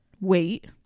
wait